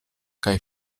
kaj